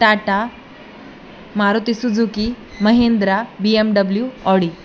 Tata Maruti Suzuki Mahindra BMW Audi